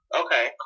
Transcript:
Okay